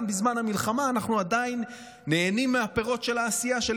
גם בזמן המלחמה אנחנו עדיין נהנים מפירות העשייה של